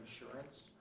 insurance